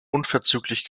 unverzüglich